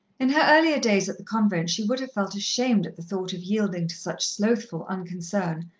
in her earlier days at the convent she would have felt ashamed at the thought of yielding to such slothful unconcern,